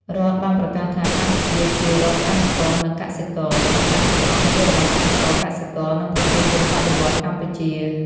រដ្ឋ បានប្រកាសថា កម្ពុជាជា រដ្ឋកម្មករ និងកសិករ។ អំណាចទាំងអស់ជារបស់កម្មករ កសិករ និងប្រជាជនបដិវត្តន៍កម្ពុជា។